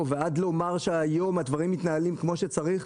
ועד לומר שהיום הדברים מתנהלים כמו שצריך?